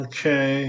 Okay